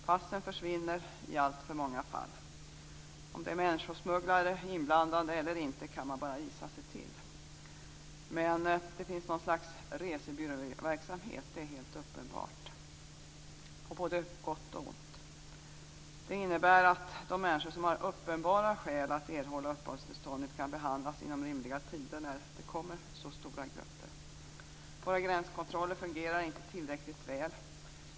Passen försvinner i alltför många fall. Om det är människosmugglare inblandade eller inte kan man bara gissa sig till. Men att det finns något slags resebyråverksamhet är helt uppenbart, på både gott och ont. Det innebär att de människor som har uppenbara skäl att erhålla uppehållstillstånd inte kan behandlas inom rimliga tider när det kommer så stora grupper. Våra gränskontroller fungerar inte tillräckligt väl.